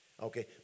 Okay